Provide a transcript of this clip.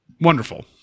wonderful